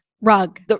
Rug